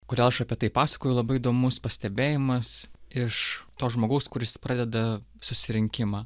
kodėl aš apie tai pasakoju labai įdomus pastebėjimas iš to žmogaus kuris pradeda susirinkimą